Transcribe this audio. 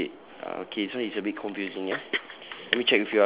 okay okay uh okay this one is a bit confusing ah